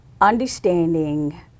understanding